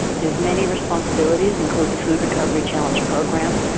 his many responsibilities include the food recovery challenge program.